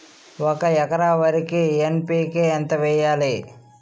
ఒక ఎకర వరికి ఎన్.పి కే ఎంత వేయాలి?